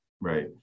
Right